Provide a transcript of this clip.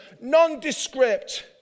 Nondescript